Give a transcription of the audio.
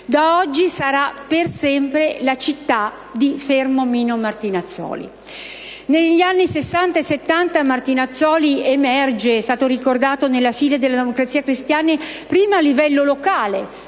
da oggi sarà per sempre la città di Fermo Mino Martinazzoli. Negli anni '60 e 70, Martinazzoli emerge nelle fila della Democrazia Cristiana, prima a livello locale